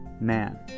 man